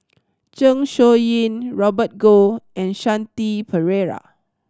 Zeng Shouyin Robert Goh and Shanti Pereira